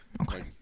okay